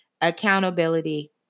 accountability